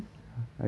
ya